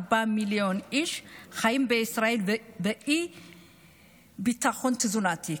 1.4 מיליון איש חיים בישראל באי-ביטחון תזונתי,